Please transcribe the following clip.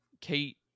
Kate